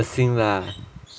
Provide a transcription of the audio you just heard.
恶心 lah